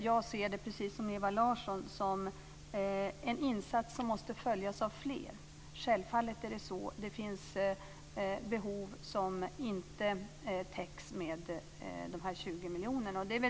Jag ser det, precis som Ewa Larsson, som en insats som måste följas av fler, självfallet. Det finns behov som inte täcks med dessa 20 miljoner.